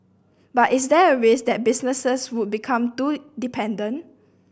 but is there a risk that businesses would become too dependent